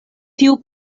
tiu